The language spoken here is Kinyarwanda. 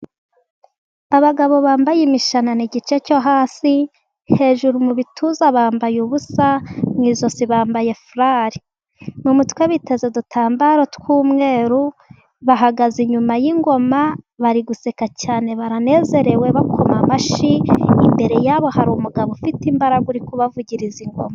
Abagabo bambaye imishanana igice cyo hasi, hejuru mu bituza bambaye ubusa ,mu ijosi bambaye furari mu mutwe biteze udutambaro tw'umweru ,bahagaze inyuma y'ingoma bari guseka cyane baranezerewe, bakoma amashyi, imbere yabo hari umugabo ufite imbaraga uri kubavugiriza ingoma.